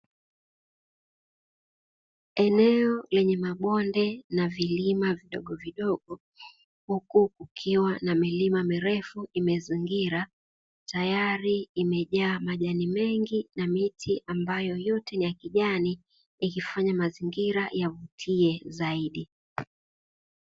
Eneo lenye mabonde na vilima vidogovidogo, huku kukiwa na milima mirefu imezingira tayari imejaa majani mengi na miti ambayo yote ya kijani ikifanya mazingira yavutie zaidi.